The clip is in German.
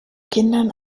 kindern